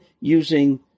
using